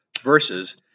verses